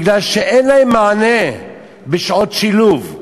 בגלל שאין להם מענה בשעות שילוב.